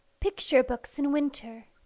picture-books in winter